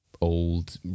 old